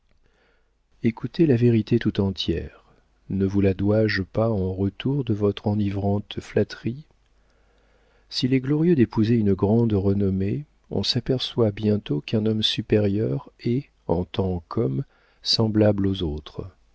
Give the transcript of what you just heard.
écoutez la vérité tout entière ne vous la dois-je pas en retour de votre enivrante flatterie s'il est glorieux d'épouser une grande renommée on s'aperçoit bientôt qu'un homme supérieur est en tant qu'homme semblable aux autres